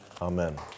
Amen